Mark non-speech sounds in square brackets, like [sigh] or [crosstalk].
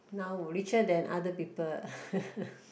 now richer than other people [laughs]